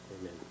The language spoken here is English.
Amen